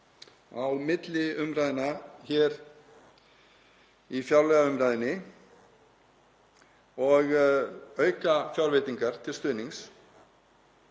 á milli umræðna hér í fjárlagaumræðunni og auka fjárveitingar til stuðnings